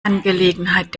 angelegenheit